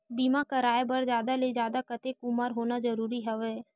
बीमा कराय बर जादा ले जादा कतेक उमर होना जरूरी हवय?